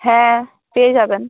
হ্যাঁ পেয়ে যাবেন